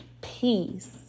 peace